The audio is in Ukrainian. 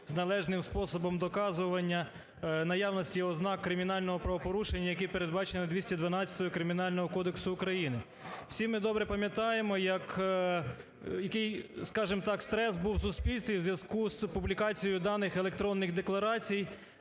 з належним способом доказування наявності ознак кримінального правопорушення, яке передбачено 212 Кримінального кодексу України. Всі ми добре пам'ятаємо, який, скажем так, стрес був в суспільстві у зв'язку з публікацією даних електронних декларацій.